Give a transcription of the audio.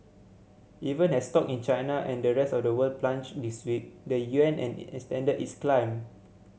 even as stock in China and the rest of the world plunged this week the yuan has extended its climb